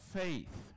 faith